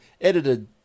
edited